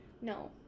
No